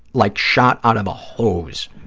like shot out of a hose,